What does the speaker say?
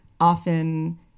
often